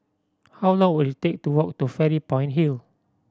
how long will it take to walk to Fairy Point Hill